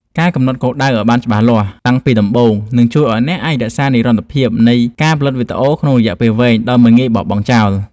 ការកំណត់គោលដៅឱ្យបានច្បាស់លាស់តាំងពីដំបូង នឹងជួយឱ្យអ្នកអាចរក្សានិរន្តរភាពនៃការផលិតវីដេអូក្នុងរយៈពេលវែងដោយមិនងាយបោះបង់ចោល។